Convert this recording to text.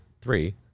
three